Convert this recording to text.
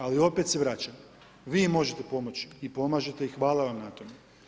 Ali, opet se vraćam, vi možete pomoći i pomažete i hvala vam na tome.